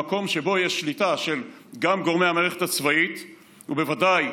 במקום שבו יש שליטה גם של גורמי המערכת הצבאית ובוודאי